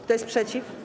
Kto jest przeciw?